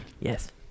Yes